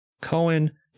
Cohen